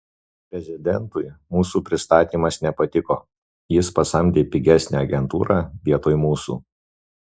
prezidentui mūsų pristatymas nepatiko jis pasamdė pigesnę agentūrą vietoj mūsų